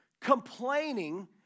Complaining